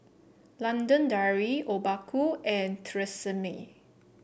London Dairy Obaku and Tresemme